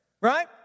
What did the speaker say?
right